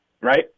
right